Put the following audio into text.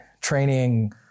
training